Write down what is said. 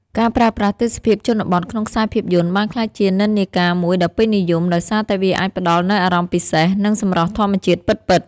ការប្រើប្រាស់ទេសភាពជនបទក្នុងខ្សែភាពយន្តបានក្លាយជានិន្នាការមួយដ៏ពេញនិយម ដោយសារតែវាអាចផ្តល់នូវអារម្មណ៍ពិសេស និងសម្រស់ធម្មជាតិពិតៗ។